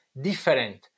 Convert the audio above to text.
different